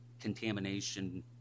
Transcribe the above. contamination